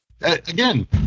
Again